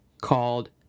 called